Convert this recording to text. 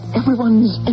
everyone's